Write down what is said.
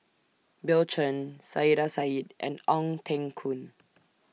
Bill Chen Saiedah Said and Ong Teng Koon